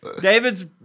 David's